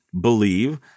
believe